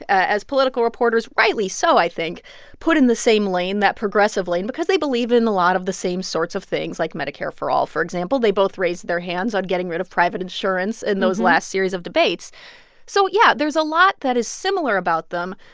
as political reporters rightly so, i think put in the same lane, that progressive lane, because they believe in a lot of the same sorts of things, like medicare for all, for example. they both raised their hands on getting rid of private insurance in those last series of debates so yeah, there's a lot that is similar about them.